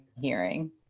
hearing